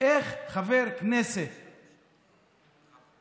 איך חבר כנסת ערבי,